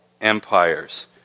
empires